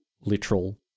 literal